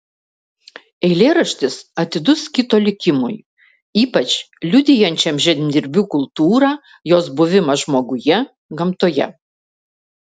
eilėraštis atidus kito likimui ypač liudijančiam žemdirbių kultūrą jos buvimą žmoguje gamtoje